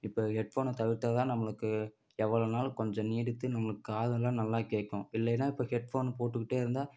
இப்போ ஹெட்ஃபோனை தவிர்த்தால் தான் நம்மளுக்கு எவ்வளோ நாள் கொஞ்சம் நீடித்து நம்மளுக்கு காதெல்லாம் நல்லா கேட்கும் இல்லைனா இப்போ ஹெட்ஃபோனு போட்டுக்கிட்டே இருந்தால்